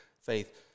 faith